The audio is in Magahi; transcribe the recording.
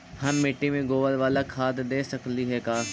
हम मिट्टी में गोबर बाला खाद दे सकली हे का?